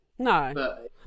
no